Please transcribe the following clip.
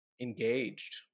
engaged